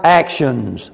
actions